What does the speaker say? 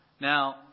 Now